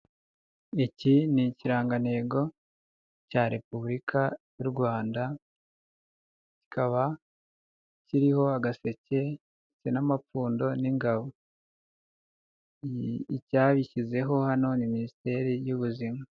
Iki ni ikirangantego cya repubulika y'u Rwanda, kikaba kiriho agaseke ndetse n'amapfundo n'ingabo. Icyabishyizeho hano ni minisiteri y'ubuzima.